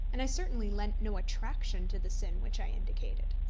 and i certainly lent no attraction to the sin which i indicated.